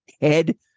Head